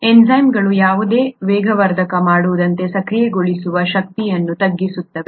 ಎನ್ಝೈಮ್ಗಳು ಯಾವುದೇ ವೇಗವರ್ಧಕ ಮಾಡುವಂತೆ ಸಕ್ರಿಯಗೊಳಿಸುವ ಶಕ್ತಿಯನ್ನು ತಗ್ಗಿಸುತ್ತವೆ